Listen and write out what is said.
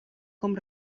com